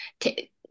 Take